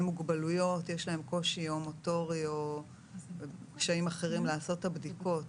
מוגבלויות יש להם קושי מוטורי או קשיים אחרים לעשות את הבדיקות,